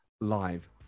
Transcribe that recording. live